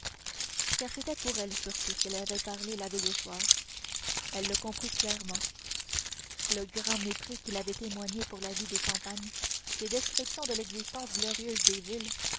car c'était pour elle surtout qu'il avait parlé la veille au soir elle le comprit clairement le grand mépris qu'il avait témoigné pour la vie des campagnes ses descriptions de l'existence glorieuse des villes